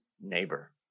neighbor